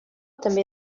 també